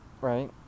right